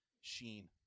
Sheen